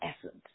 essence